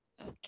Okay